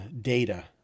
data